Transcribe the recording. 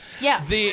Yes